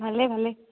ভালেই ভালেই